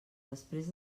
després